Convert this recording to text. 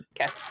Okay